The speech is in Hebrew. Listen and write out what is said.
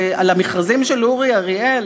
על המכרזים של אורי אריאל.